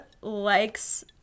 likes